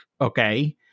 okay